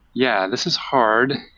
yeah, this is hard,